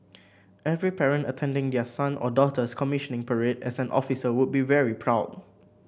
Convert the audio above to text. every parent attending their son or daughter's commissioning parade as an officer would be very proud